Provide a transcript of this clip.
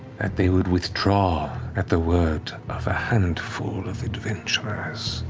that they would withdraw at the word of a handful of adventurers?